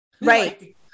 Right